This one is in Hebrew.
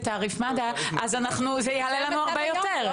תעריף מד"א זה יעלה לנו הרבה יותר.